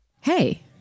Hey